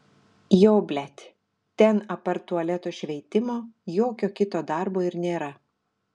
jo blet ten apart tualeto šveitimo jokio kito darbo ir nėra